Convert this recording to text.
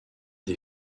des